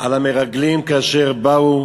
על המרגלים, כאשר באו